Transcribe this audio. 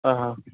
ஆ ஆ